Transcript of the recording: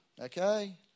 okay